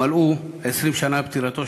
מלאו 20 שנה לפטירתו.